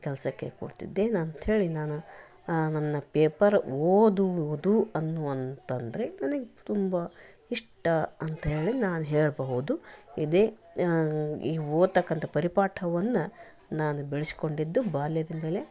ಕೆಲಸಕ್ಕೆ ಕೂರ್ತಿದ್ದೆ ನಾನು ಅಂಥೇಳಿ ನಾನು ನನ್ನ ಪೇಪರ್ ಓದುವುದು ಅನ್ನುವಂತಂದ್ರೆ ನನಗೆ ತುಂಬ ಇಷ್ಟ ಅಂಥೇಳಿ ನಾನು ಹೇಳಬಹುದು ಇದೆ ಈ ಓದತಕ್ಕಂಥ ಪರಿಪಾಠವನ್ನು ನಾನು ಬೆಳೆಸ್ಕೊಂಡಿದ್ದು ಬಾಲ್ಯದಿಂದಲೇ